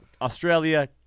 Australia